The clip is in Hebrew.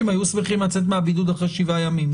היו שמחים לצאת מהבידוד אחרי שבעה ימים,